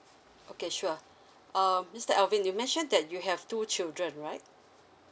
okay sure um mister alvin you mention that you have two children right